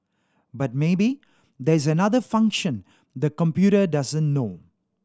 but maybe there's another function the computer doesn't know